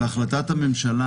בהחלטת הממשלה